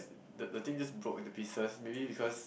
the thing just broke into pieces maybe because